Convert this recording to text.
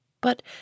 But